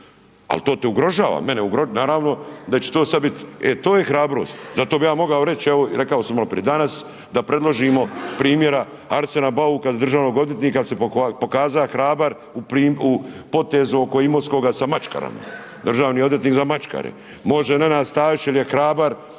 ali to te ugrožava, mene ugrožava, naravno da će to sad bit e to je hrabrost, zato bi ja mogao reći, evo rekao sam maloprije, danas da predložimo primjera Arsena bauka za državnog odvjetnika jer se pokazao hrabar u potezu oko Imotskoga sa maškarama, državni odvjetnik za maškare, može Nenad Stazić jer je hrabar